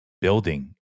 building